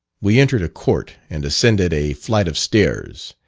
we entered a court and ascended a flight of stairs,